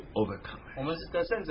overcome